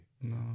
No